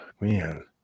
man